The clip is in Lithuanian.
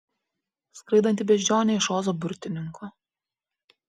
skraidanti beždžionė iš ozo burtininko